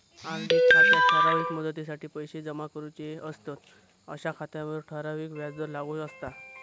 RD खात्यात ठराविक मुदतीसाठी पैशे जमा करूचे असतंत अशा खात्यांवर ठराविक व्याजदर लागू असता